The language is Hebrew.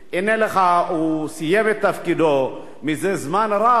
הוא סיים את תפקידו מזה זמן רב,